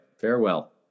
Farewell